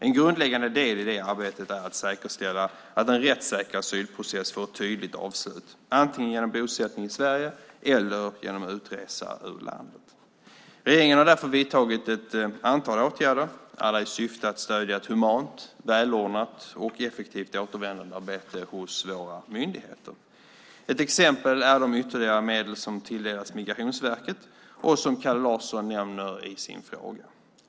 En grundläggande del i det arbetet är att säkerställa att en rättssäker asylprocess får ett tydligt avslut, antingen genom bosättning i Sverige eller genom utresa ur landet. Regeringen har därför vidtagit ett antal åtgärder, alla i syfte att stödja ett humant, välordnat och effektivt återvändandearbete hos våra myndigheter. Ett exempel är de ytterligare medel som tilldelats Migrationsverket och som Kalle Larsson nämner i sin fråga.